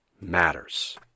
Matters